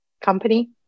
company